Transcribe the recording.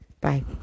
Bye